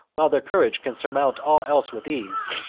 while their courage can surmount all else with ease,